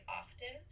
often